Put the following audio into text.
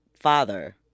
father